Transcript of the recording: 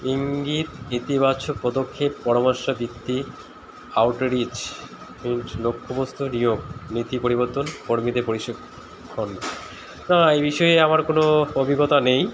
ইঙ্গিত ইতিবাচক পদক্ষেপ পরামর্শ ভিত্তি আউটরিচ মিনস লক্ষ্যপস্তু নিয়োগ নীতি পরিবর্তন কর্মীদের প্রশিক্ষণ এই বিষয়ে আমার কোনো অভিজ্ঞতা নেই